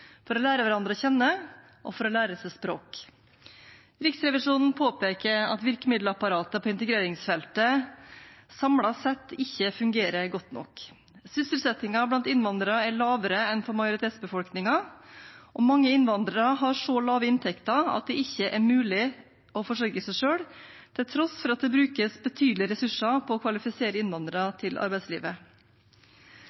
for å lære hverandre å kjenne og for å lære seg språk. Riksrevisjonen påpeker at virkemiddelapparatet på integreringsfeltet samlet sett ikke fungerer godt nok. Sysselsettingen blant innvandrere er lavere enn blant majoritetsbefolkningen, og mange innvandrere har så lave inntekter at det ikke er mulig å forsørge seg selv, til tross for at det brukes betydelige ressurser på å kvalifisere innvandrere